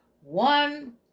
one